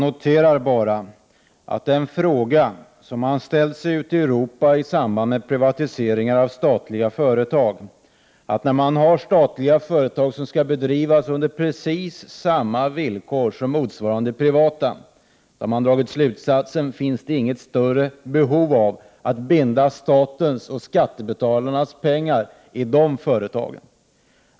Herr talman! Jag noterar bara att man ute i Europa i samband med privatisering av statliga företag, som skall bedrivas under precis samma villkor som motsvarande privata, har dragit den slutsatsen att det inte finns något större behov av att binda statens och skattebetalarnas pengar i dessa företag.